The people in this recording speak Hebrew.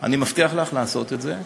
אני מבטיח לך לעשות את זה,